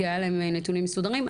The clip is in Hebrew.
כי היה להם נתונים מסודרים.